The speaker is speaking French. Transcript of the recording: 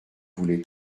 voulez